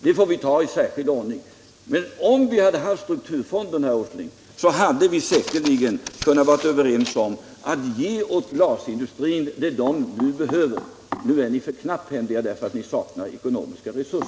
Det får vi ta i särskild ordning. Men om vi hade haft strukturfonden, herr Åsling, hade vi säkerligen kunnat vara överens om att ge glasindustrin det den nu behöver. Nu ger ni för knapphändigt, därför att ni saknar ekonomiska resurser.